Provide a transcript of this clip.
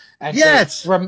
Yes